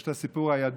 יש את הסיפור הידוע,